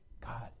God